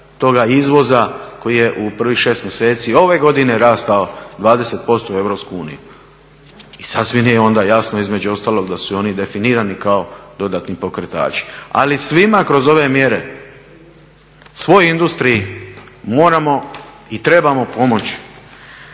toga izvoza koji je u prvih šest mjeseci ove godine rastao 20% u Europsku uniju. I sasvim je onda jasno između ostalog da su oni definirani kao dodatni pokretači. Ali svima kroz ove mjere, svoj industriji moramo i trebamo pomoći.